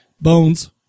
Bones